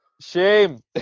Shame